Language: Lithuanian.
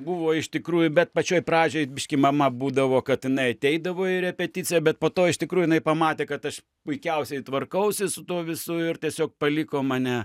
buvo iš tikrųjų bet pačioj pradžioj biški mama būdavo kad jinai ateidavo į repeticiją bet po to iš tikro jinai pamatė kad aš puikiausiai tvarkausi su tuo visu ir tiesiog paliko mane